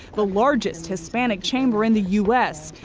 the largest hispanic chamber in the us.